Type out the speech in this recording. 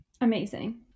Amazing